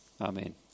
Amen